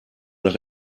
nach